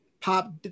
pop